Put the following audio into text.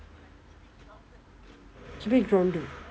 keep it grounded